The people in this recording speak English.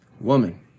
woman